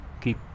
keep